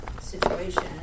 situation